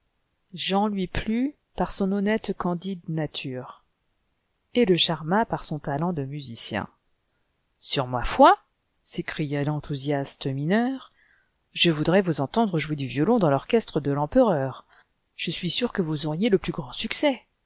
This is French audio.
jean lui plut par son honnête candide nature et le charma par son talent de musicien sur ma foi s'écria l'entliousiaste mineur je voudrais vous entendre jouer du violon dans l'orchestre de l'empereur je suis sur que vous auriez le plus grand succès